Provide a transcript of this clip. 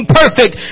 perfect